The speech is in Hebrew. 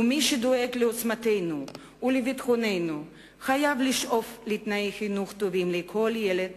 ומי שדואג לעוצמתנו ולביטחוננו חייב לשאוף לתנאי חינוך טובים לכל ילד